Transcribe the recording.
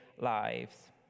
lives